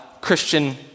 Christian